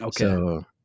Okay